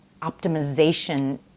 optimization